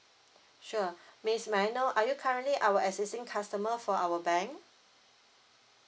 sure miss may I know are you currently our existing customer for our bank